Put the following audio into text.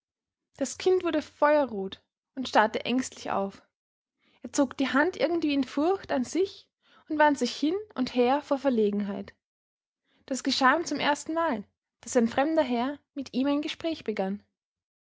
das kind wurde feuerrot und starrte ängstlich auf er zog die hand irgendwie in furcht an sich und wand sich hin und her vor verlegenheit das geschah ihm zum erstenmal daß ein fremder herr mit ihm ein gespräch begann